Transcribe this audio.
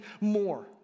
more